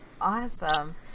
Awesome